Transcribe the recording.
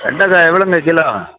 வெண்டைக்கா எவ்வளோங்க கிலோ